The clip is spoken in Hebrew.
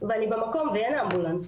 ואני במקום ואין אמבולנס,